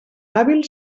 hàbil